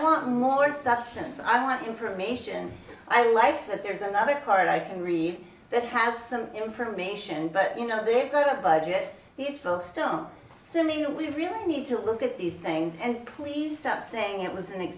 want more substance i want information i like that there's another card i can read that has some information but you know they're going to budget these folks still so i mean we really need to look at these things and please stop saying it was an